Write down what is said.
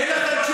אין לך תשובה.